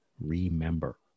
Remember